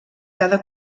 cada